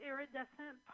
Iridescent